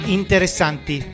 interessanti